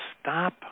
stop